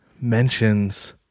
mentions